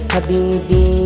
Habibi